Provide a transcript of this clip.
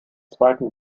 zweiten